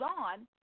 on